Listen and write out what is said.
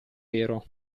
vero